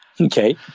Okay